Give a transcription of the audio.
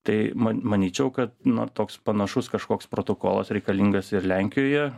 tai man manyčiau kad na toks panašus kažkoks protokolas reikalingas ir lenkijoje